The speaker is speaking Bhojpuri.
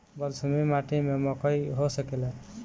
बलसूमी माटी में मकई हो सकेला?